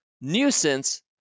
nuisance